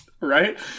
Right